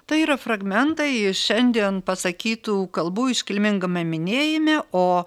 tai yra fragmentai iš šiandien pasakytų kalbų iškilmingame minėjime o